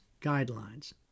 Guidelines